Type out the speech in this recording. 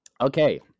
Okay